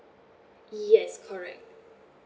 yes correct